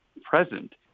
present